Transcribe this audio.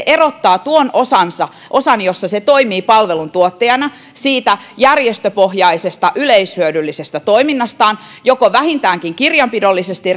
erottaa tuon osan jossa se toimii palveluntuottajana siitä järjestöpohjaisesta yleishyödyllisestä toiminnastaan vähintäänkin kirjanpidollisesti